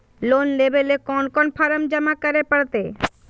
Loan लेवे ले कोन कोन फॉर्म जमा करे परते?